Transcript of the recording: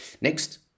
Next